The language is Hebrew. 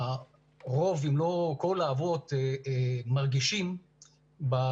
רוב אם לא כל האבות מרגישים בהגעה